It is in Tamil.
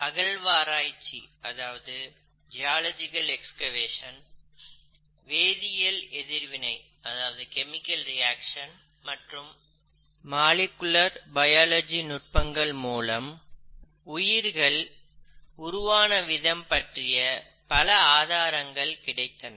அகழ்வாராய்ச்சி வேதியியல் எதிர்வினை மற்றும் மாலிக்யூலர் பயாலஜி நுட்பங்கள் மூலம் உயிர்கள் உருவான விதம் பற்றிய பல ஆதாரங்கள் கிடைத்தன